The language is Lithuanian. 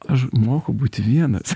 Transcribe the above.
aš moku būti vienas